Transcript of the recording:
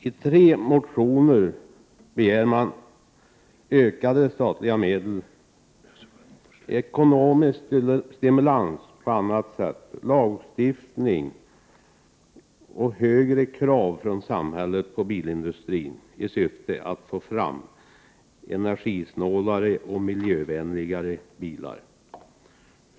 I tre motioner begärs ökade statliga medel, ekonomisk stimulans på annat sätt, lagstiftning och högre krav från samhället på bilindustrin i syfte att få fram energisnålare och miljövänligare bilar.